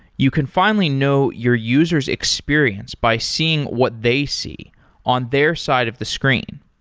you can finally know your user s experience by seeing what they see on their side of the screen.